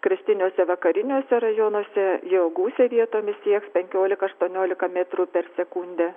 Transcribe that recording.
kraštiniuose vakariniuose rajonuose jo gūsiai vietomis sieks penkiolika aštuoniolika metrų per sekundę